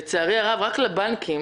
לצערי הרב רק לבנקים